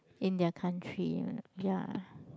in their country yeah